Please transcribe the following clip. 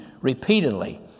repeatedly